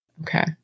Okay